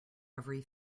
every